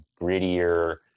grittier